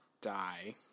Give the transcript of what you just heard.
die